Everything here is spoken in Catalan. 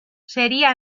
seria